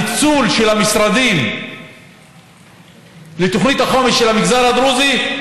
הניצול של המשרדים לתוכנית החומש של המגזר הדרוזי,